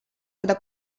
seda